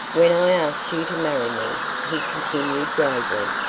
when i asked you to marry me, he continued gravely,